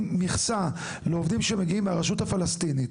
מכסה לעובדים שמגיעים מהרשות הפלסטינית,